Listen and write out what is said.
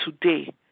today